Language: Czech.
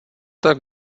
tak